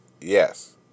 Yes